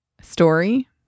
Story